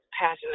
passion